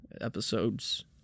episodes